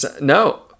no